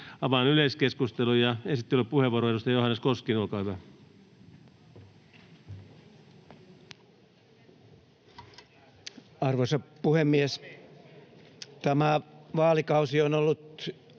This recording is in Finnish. Avaan yleiskeskustelun. Esittelypuheenvuoro, edustaja Johannes Koskinen, olkaa hyvä. Arvoisa puhemies! Tämä vaalikausi on ollut